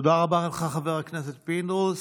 תודה רבה לך, חבר הכנסת פינדרוס.